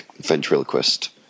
ventriloquist